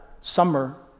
summer